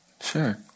Sure